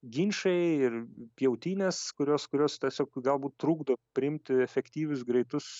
ginčai ir pjautynės kurios kurios tiesiog galbūt trukdo priimti efektyvius greitus